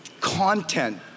content